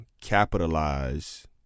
capitalize